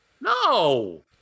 no